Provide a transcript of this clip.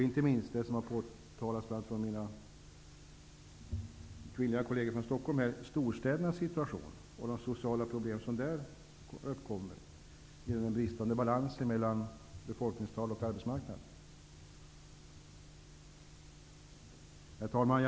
Inte minst gäller det vad som har påpekats av mina kvinnliga kolleger från Stockholm, nämligen storstädernas situation och de sociala problem som där uppkommer genom bristande balans mellan befolkningstal och arbetsmarknad. Herr talman!